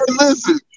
listen